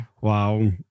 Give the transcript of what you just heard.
Wow